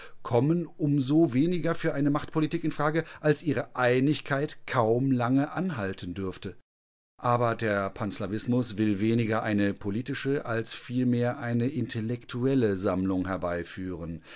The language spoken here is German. kommen um so weniger für eine machtpolitik in frage als ihre einigkeit kaum lange anhalten dürfte aber der panslavismus will weniger eine politische als vielmehr eine intellektuelle sammlung herbeiführen